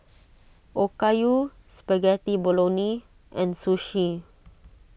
Okayu Spaghetti Bolognese and Sushi